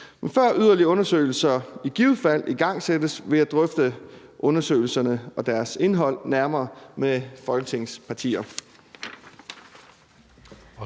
men før yderligere undersøgelser i givet fald igangsættes, vil jeg drøfte undersøgelserne og deres indhold nærmere med Folketingets partier.